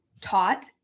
taught